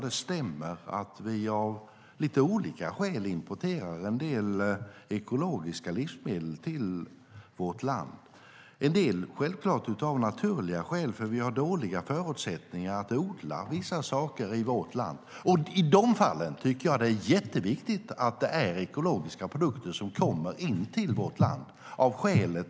Det stämmer att vi av lite olika skäl importerar en del ekologiska livsmedel till vårt land. I en del fall sker det av naturliga skäl; vi har dåliga förutsättningar att odla vissa saker i vårt land. I de fallen tycker jag att det är jätteviktigt att det är ekologiska produkter som kommer in till vårt land.